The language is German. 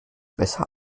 besser